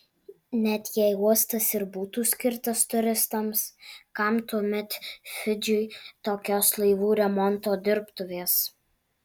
net jei uostas ir būtų skirtas turistams kam tuomet fidžiui tokios laivų remonto dirbtuvės